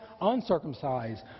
uncircumcised